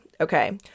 Okay